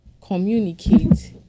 communicate